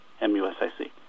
M-U-S-I-C